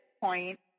point